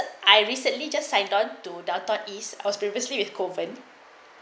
I recently just signed on to downtown east was previously with kovan